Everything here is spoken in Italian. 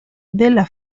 della